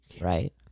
right